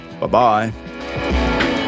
Bye-bye